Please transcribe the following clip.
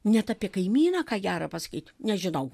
net apie kaimyną ką gera pasakyti nežinau